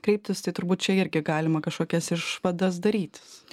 kreiptis tai turbūt čia irgi galima kažkokias išvadas darytis